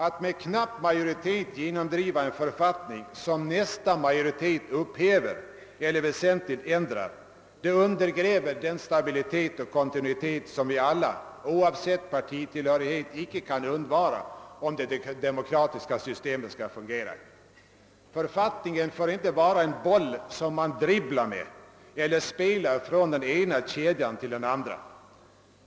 Att med knapp majoritet genom driva en författning som en kommande majoritet upphäver eller väsentligt ändrar undergräver den stabilitet och kontinuitet som ingen av oss — oavsett partitillhörighet — kan undvara om det demokratiska systemet skall fungera. Författningen får inte vara en boll som man dribblar med eller spelar från den ena kedjan till den andra.